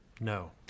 no